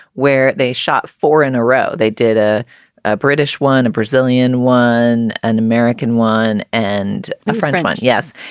where they shot four in a row. they did a a british one, a brazilian one, an american one and a frenchman. yes.